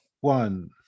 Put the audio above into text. one